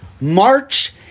March